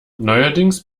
neuerdings